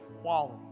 quality